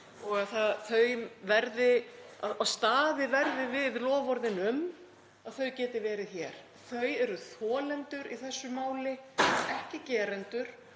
að staðið verði við loforðin um að þau geti verið hér. Þau eru þolendur í þessu máli, ekki gerendur